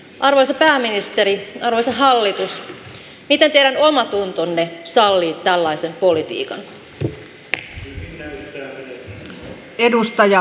arvoisa pääministeri arvoisa hallitus miten teidän omatuntonne sallii tällaisen politiikan